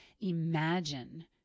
imagine